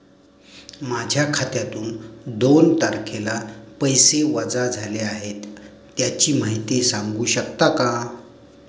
माझ्या खात्यातून दोन तारखेला पैसे वजा झाले आहेत त्याची माहिती सांगू शकता का?